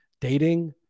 dating